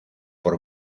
por